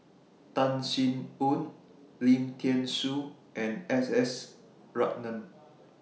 Tan Sin Aun Lim Thean Soo and S S Ratnam